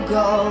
go